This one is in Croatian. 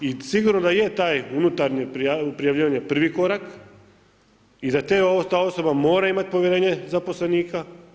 I sigurno da i je taj unutarnji prijavljivanje prvi korak i da ta osoba mora imati povjerenje zaposlenika.